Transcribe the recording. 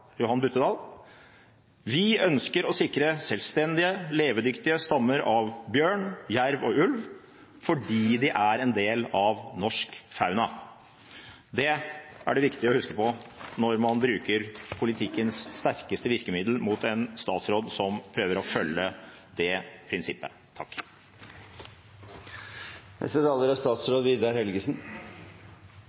Johan Buttedahl: «Vi ønsker å sikre levedyktige stammer av bjørn, ulv og jerv, fordi de er en naturlig del av den norske fauna.» Det er det viktig å huske på når man bruker politikkens sterkeste virkemiddel mot en statsråd som prøver å følge det prinsippet.